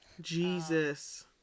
Jesus